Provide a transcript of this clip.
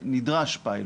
פיילוט.